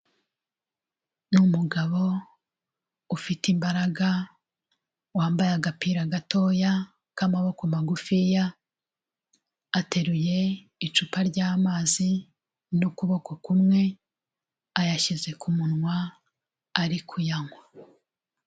Ni umugabo ufite imbaraga wambaye agapira gatoya k'amaboko magufiya, ateruye icupa ry'amazi n'ukuboko kumwe, ayashyize ku munwa ari kuyanywa.